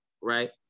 right